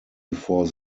before